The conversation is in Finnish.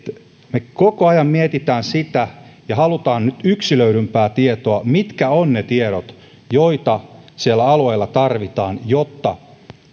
me koko ajan mietimme sitä ja haluamme nyt yksilöidympää tietoa siitä mitkä ovat ne tiedot joita siellä alueilla tarvitaan jotta